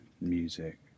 music